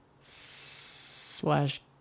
slash